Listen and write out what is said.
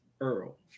Earl